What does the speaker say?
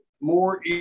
more